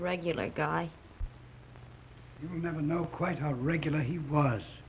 regular guy you never know quite how regular he was